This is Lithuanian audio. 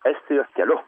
estijos keliu